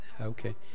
okay